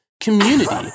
community